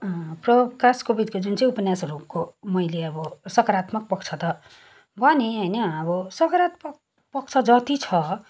प्रकाश कोविदको जुन चाहिँ उपन्यासहरूको मैले अब सकारात्मक पक्ष त भनेँ होइन अब सकारात्मक पक्ष जति छ